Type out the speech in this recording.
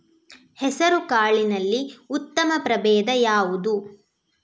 ಹೆಸರುಕಾಳಿನಲ್ಲಿ ಉತ್ತಮ ಪ್ರಭೇಧ ಯಾವುದು?